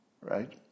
right